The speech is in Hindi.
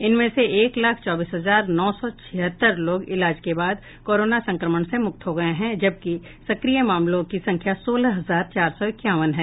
इनमें से एक लाख चौबीस हजार नौ सौ छिहत्तर लोग इलाज के बाद कोरोना संक्रमण से मुक्त हो गये हैं जबकि सक्रिय मामलों की संख्या सोलह हजार चार सौ इक्यावन है